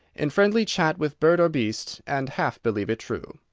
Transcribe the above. in friendly chat with bird or beast and half believe it true.